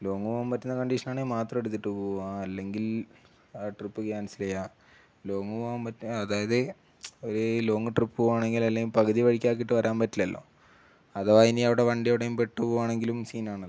long പോവാൻ പറ്റുന്ന കണ്ടീഷനാണെങ്കില് മാത്രം എടുത്തിട്ട് പോവുക അല്ലെങ്കിൽ ആ ട്രിപ്പ് ക്യാൻസലെയ്യുക ലോങ്ങ് പോവാൻ പറ്റുക അതായത് ഒരു ലോങ്ങ് ട്രിപ്പ് പോവുകയാണെങ്കിൽ അല്ലെങ്കിൽ പകുതി വഴിക്കാക്കിയിട്ടു വരാൻ പറ്റില്ലല്ലോ അഥവാ ഇനി അവിടെ വണ്ടിയെവിടെയെങ്കിലും പെട്ടുപോവുകയാണെങ്കിലും സീനാണല്ലോ